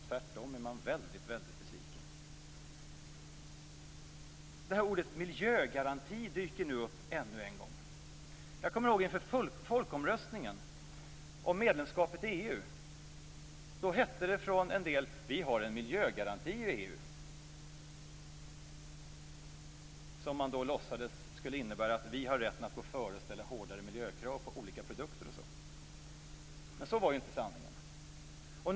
Tvärtom är man väldigt besviken. Ordet miljögaranti dyker nu upp ännu en gång. Jag kommer ihåg hur det var inför folkomröstningen om medlemskapet i EU. Då hette det från en del: Vi har en miljögaranti i EU - något som man låtsades skulle innebära att vi har rätt att gå före och ställa hårdare miljökrav på olika produkter osv. Det var inte sanningen!